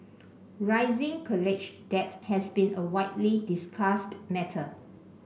rising college debt has been a widely discussed matter